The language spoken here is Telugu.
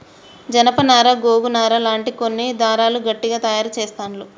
జానప నారా గోగు నారా లాంటి కొన్ని దారాలు గట్టిగ తాయారు చెస్తాండ్లు